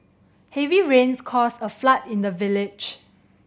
heavy rains caused a flood in the village